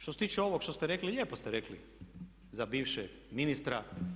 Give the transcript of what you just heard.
Što se tiče ovog što ste rekli, lijepo ste rekli za bivšeg ministra.